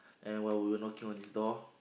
and while we were knocking on his door